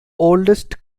oldest